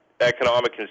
Economic